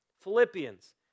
Philippians